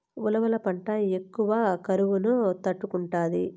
ఉలవల పంట ఎక్కువ కరువును తట్టుకుంటాది